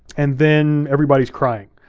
and then everybody's crying.